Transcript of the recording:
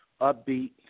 upbeat